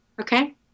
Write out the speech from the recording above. Okay